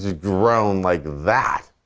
ah grown like that,